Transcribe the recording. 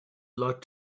lot